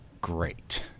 Great